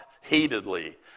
heatedly